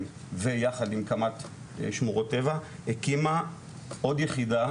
יחד עם קמ"ט שמורות טבע הקימה עוד יחידה,